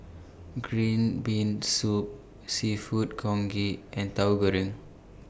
Green Bean Soup Seafood Congee and Tahu Goreng